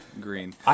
green